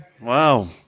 Wow